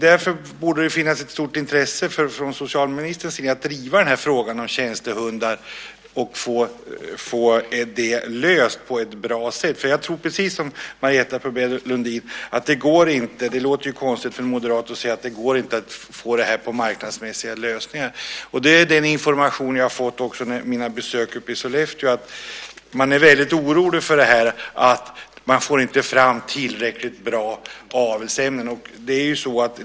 Därför borde det finnas ett stort intresse från socialministerns sida av att driva frågan om tjänstehundar och få det hela löst på ett bra sätt. Det låter ju konstigt att en moderat säger att det inte går att få det här med marknadsmässiga lösningar, men jag tror precis som Marietta de Pourbaix-Lundin att det inte går. Det är den information som jag har fått också vid mina besök uppe i Sollefteå; man är orolig för att man inte får fram tillräckligt bra avelsämnen.